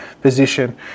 position